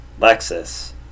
Lexus